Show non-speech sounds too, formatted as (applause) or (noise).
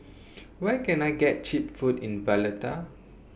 (noise) Where Can I get Cheap Food in Valletta